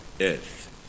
earth